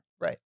Right